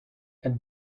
and